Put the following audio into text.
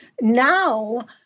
Now